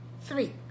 three